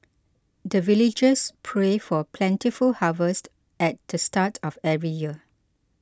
the villagers pray for plentiful harvest at the start of every year